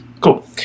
Cool